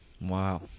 Wow